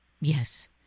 Yes